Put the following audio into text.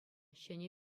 ҫӗнӗ